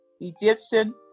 Egyptian